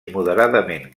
moderadament